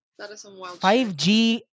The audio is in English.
5G